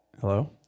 Hello